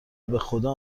بخدا